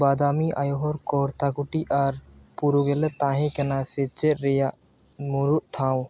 ᱵᱟᱫᱟᱢᱤ ᱟᱭᱳᱦᱳᱨ ᱠᱳᱨᱛᱟᱠᱳᱴᱤ ᱟᱨ ᱯᱩᱨᱩᱜᱮᱞᱮ ᱛᱟᱦᱮᱸ ᱠᱟᱱᱟ ᱥᱮᱪᱮᱫ ᱨᱮᱭᱟᱜ ᱢᱩᱬᱩᱫ ᱴᱷᱟᱶ